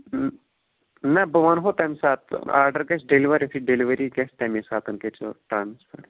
نہَ بہٕ وَنہَو تَمہِ ساتہٕ تہٕ آرڈر گژھِ ڈیلوَر یِتھُے ڈیلؤری گژھِ تٔمی ساتہٕ کٔرۍزیٚو ٹرٛانسفَر